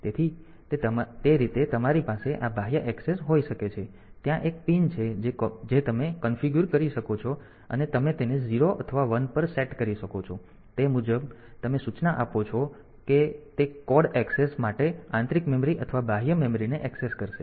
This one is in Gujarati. તેથી તે રીતે તમારી પાસે આ બાહ્ય ઍક્સેસ હોઈ શકે છે ત્યાં એક પિન છે જે તમે કન્ફિગ્યુર કરી શકો છો અને તમે તેને 0 અથવા 1 પર સેટ કરી શકો છો તે મુજબ તમે સૂચના આપો છો તે કોડ એક્સેસ માટે આંતરિક મેમરી અથવા બાહ્ય મેમરીને ઍક્સેસ કરશે